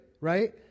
right